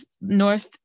north